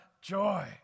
joy